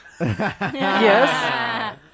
Yes